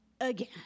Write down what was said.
again